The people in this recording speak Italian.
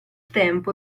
tempo